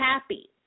happy